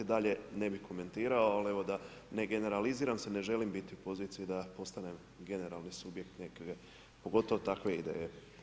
Dalje ne bih komentirao, ali evo da ne generaliziram, ne želim biti u poziciji da postanem generalni subjekt pogotovo takve ideje.